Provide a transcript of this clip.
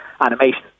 animation